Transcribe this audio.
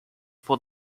for